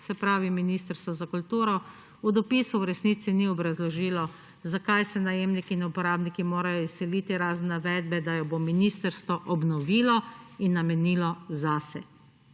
se pravi Ministrstvo za kulturo, v dopisu v resnici ni obrazložil, zakaj se najemniki in uporabniki morajo izseliti, razen navedbe, da jo bo ministrstvo obnovilo in namenilo zase.